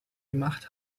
gemacht